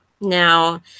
Now